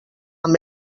amb